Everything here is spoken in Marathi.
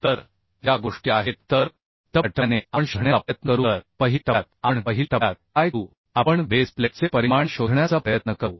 तर या गोष्टी आहेत तर टप्प्याटप्प्याने आपण शोधण्याचा प्रयत्न करू तर पहिल्या टप्प्यात आपण पहिल्या टप्प्यात काय करू आपण बेस प्लेटचे परिमाण शोधण्याचा प्रयत्न करू